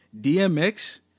DMX